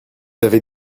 avez